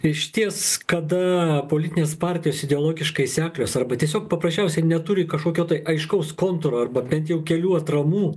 išties kada politinės partijos ideologiškai seklios arba tiesiog paprasčiausiai neturi kažkokio tai aiškaus kontūro arba bent jau kelių atramų